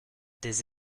des